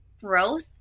growth